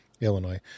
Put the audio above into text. Illinois